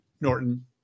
Norton